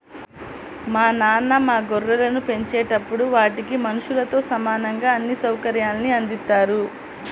మా నాన్న మా గొర్రెలను పెంచేటప్పుడు వాటికి మనుషులతో సమానంగా అన్ని సౌకర్యాల్ని అందిత్తారు